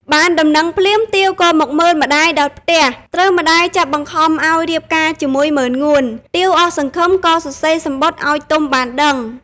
បានដំណឹងភ្លាម ទាវក៏មកមើលម្តាយដល់ផ្ទះ ត្រូវម្តាយចាប់បង្ខំឲ្យរៀបការជាមួយម៉ឺនងួន។ ទាវអស់សង្ឃឹមក៏សរសេរសំបុត្រឲ្យទុំបានដឹង។